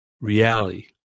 reality